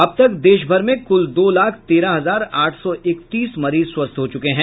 अब तक देशभर में कुल दो लाख तेरह हजार आठ सौ इकतीस मरीज स्वस्थ हो चुके हैं